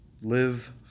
live